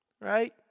Right